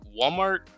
Walmart